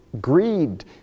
greed